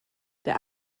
der